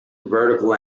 vertical